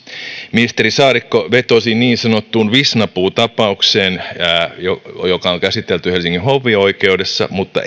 ministeri saarikko vetosi niin sanottuun visnapuu tapaukseen joka on käsitelty helsingin hovioikeudessa mutta